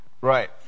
right